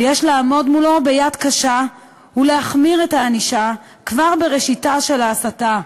ויש לעמוד מולו ביד קשה ולהחמיר את הענישה כבר בראשיתה של ההסתה,